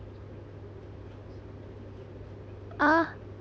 ah